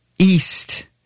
East